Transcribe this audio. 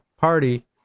party